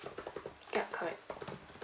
ya correct